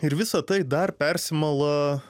ir visa tai dar persimala